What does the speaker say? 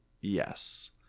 Yes